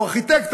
הוא ארכיטקט,